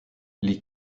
les